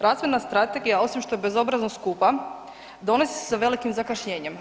Razvojna strategija, osim što je bezobrazno skupa, dolazi sa velikim zakašnjenjem.